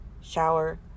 shower